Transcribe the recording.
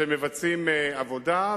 שמבצעים עבודה,